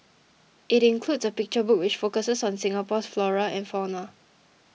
it includes a picture book which focuses on Singapore's flora and fauna